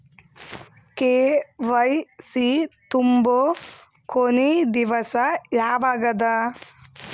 KYC ತುಂಬೊ ಕೊನಿ ದಿವಸ ಯಾವಗದ?